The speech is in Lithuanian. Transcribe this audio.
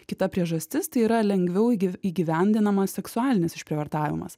kita priežastis tai yra lengviau įgy įgyvendinamas seksualinis išprievartavimas